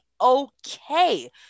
okay